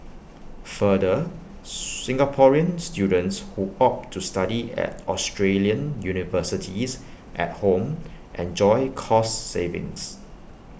further Singaporean students who opt to study at Australian universities at home enjoy cost savings